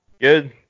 good